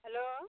hello